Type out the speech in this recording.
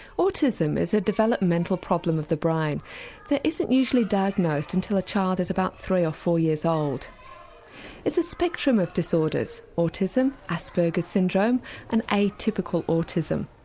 autism is a developmental problem of the brain that isn't usually diagnosed until a child is about three or four years old. it is a spectrum of disorders autism, asperger syndrome and atypical autism.